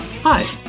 Hi